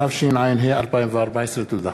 התשע"ה 2014. תודה.